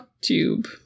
tube